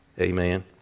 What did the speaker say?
Amen